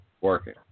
working